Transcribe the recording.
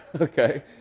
okay